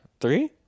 three